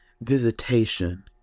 visitation